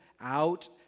out